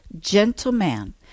gentleman